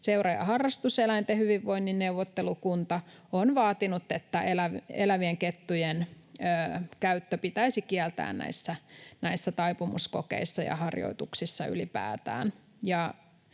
seura- ja harrastuseläinten hyvinvoinnin neuvottelukunta ovat vaatineet, että elävien kettujen käyttö pitäisi kieltää näissä taipumuskokeissa ja harjoituksissa ylipäätään.